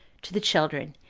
to the children,